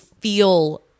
feel